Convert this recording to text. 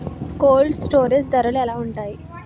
Cold storage ధరలు ఎలా ఉంటాయి?